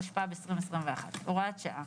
התשפ"ב 2021 "הוראת שעה,